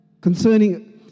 concerning